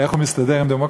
איך הוא מסתדר עם דמוקרטיה,